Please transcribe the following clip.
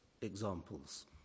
examples